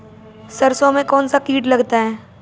सरसों में कौनसा कीट लगता है?